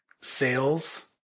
sales